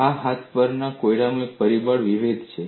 આ હાથ પરના કોયડાનું એક પરિબળ વિધેય છે